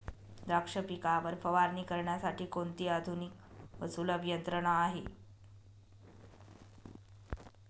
द्राक्ष पिकावर फवारणी करण्यासाठी कोणती आधुनिक व सुलभ यंत्रणा आहे?